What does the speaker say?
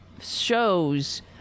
shows